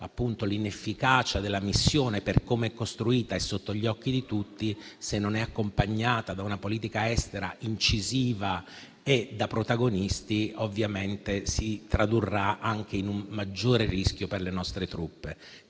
l'inefficacia della missione, per come è costruita è sotto gli occhi di tutti, la mancanza di una politica estera incisiva e da protagonisti, ovviamente si tradurrà anche in un maggiore rischio per le nostre truppe.